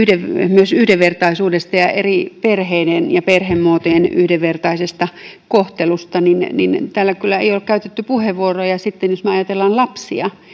myös yhdenvertaisuudesta ja eri perheiden ja perhemuotojen yhdenvertaisesta kohtelusta mutta täällä ei kyllä ole käytetty puheenvuoroja siitä jos me ajattelemme lapsia